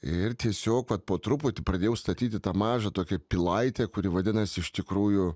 ir tiesiog vat po truputį pradėjau statyti tą mažą tokią pilaitę kuri vadinasi iš tikrųjų